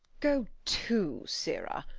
go to, sirrah!